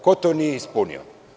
Ko to nije ispunio?